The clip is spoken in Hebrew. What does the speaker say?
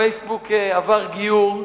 ה"פייסבוק" עבר גיור,